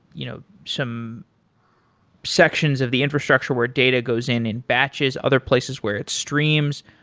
you know some sections of the infrastructure where data goes in in batches, other places where it streams.